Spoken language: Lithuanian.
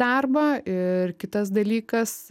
darbą ir kitas dalykas